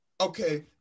okay